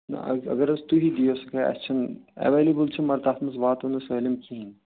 نا اگر حظ تُہی دِیِو اَسہِ کیٚنہہ اَسہِ چھِنہٕ ایٚویلیبٕل چھِ مگر تَتھ منٛز واتو نہٕ أسۍ سٲلِم کِہیٖنۍ